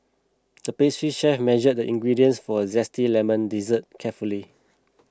the pastry chef measured the ingredients for a Zesty Lemon Dessert carefully